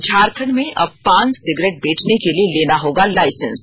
झारखंड में अब पान सिगरेट बेचने के लिए लेना होगा लाइसेंस